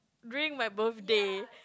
during my birthday